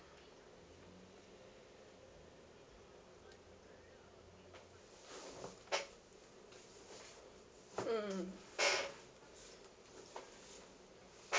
mm